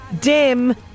Dim